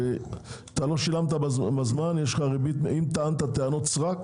שאם טענת טענות סרק